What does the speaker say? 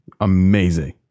amazing